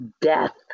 death